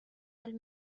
del